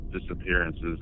disappearances